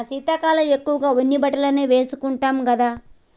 మనం శీతాకాలం ఎక్కువగా ఉన్ని బట్టలనే వేసుకుంటాం కదా